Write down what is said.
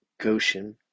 Goshen